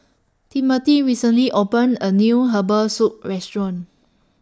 Timmothy recently opened A New Herbal Soup Restaurant